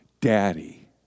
Daddy